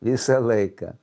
visą laiką